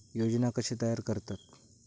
योजना कशे तयार करतात?